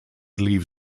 leave